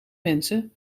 mensen